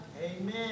amen